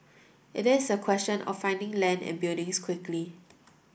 it is a question of finding land and buildings quickly